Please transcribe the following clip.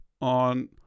on